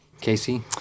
Casey